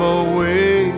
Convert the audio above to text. away